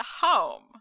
home